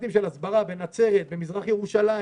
פרויקטים של הסברה בנצרת, במזרח ירושלים,